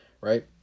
Right